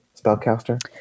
spellcaster